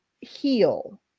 heal